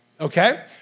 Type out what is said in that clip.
okay